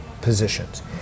positions